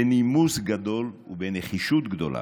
בנימוס גדול ובנחישות גדולה.